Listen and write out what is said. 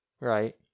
right